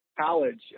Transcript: College